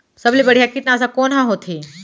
सबले बढ़िया कीटनाशक कोन ह होथे?